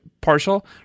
partial